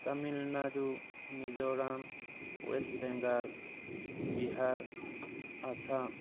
Tamil Nadu Mizoram West Bengal Bihar Assam